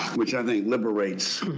which i think liberates